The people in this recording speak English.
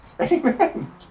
Amen